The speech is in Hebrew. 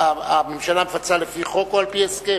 הממשלה מפצה לפי חוק, או על-פי הסכם?